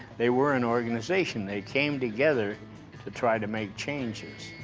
they were an organization, they came together to try to make changes.